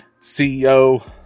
ceo